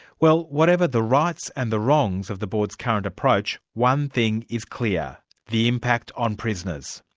well, whatever the rights and the wrongs of the board's current approach, one thing is clear the impact on prisoners.